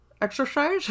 Exercise